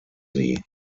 sie